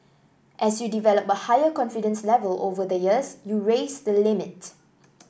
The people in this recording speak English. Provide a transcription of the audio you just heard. as you develop a higher confidence level over the years you raise the limit